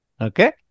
Okay